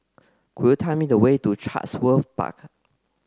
could you tell me the way to Chatsworth Park